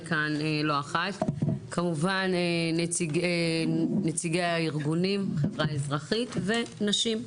כמובן נציגי הארגונים, חברה אזרחית ונשים.